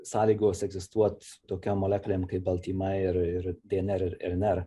sąlygos egzistuot tokiom molekulėm kaip baltymai ir ir dnr ir rnr